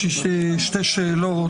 יש לי שתי שאלות,